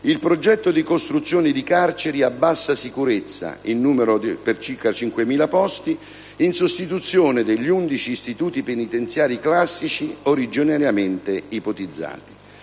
il progetto di costruzione di carceri a bassa sicurezza per circa 5000 posti, in sostituzione degli 11 istituti penitenziari classici originariamente ipotizzati.